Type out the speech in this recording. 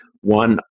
one